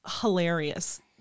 hilarious